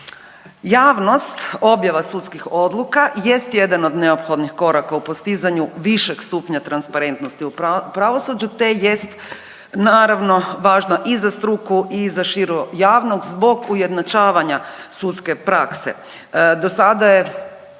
Javnost objava sudskih odluka jest jedan od neophodnih koraka u postizanju više stupnja transparentnosti u pravosuđu te jest naravno važna i za struku i za širu javnost zbog ujednačavanja sudske prakse.